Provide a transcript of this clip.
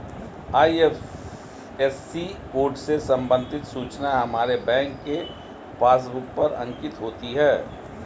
IFSC code से संबंधित सूचना हमारे बैंक के पासबुक पर अंकित होती है